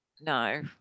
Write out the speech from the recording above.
no